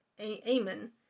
amen